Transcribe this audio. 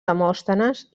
demòstenes